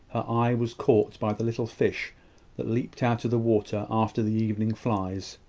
eye was caught by the little fish that leaped out of the water after the evening flies